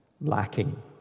lacking